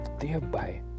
thereby